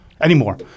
anymore